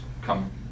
come